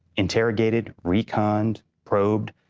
interrogated, reconned, probed,